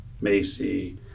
Macy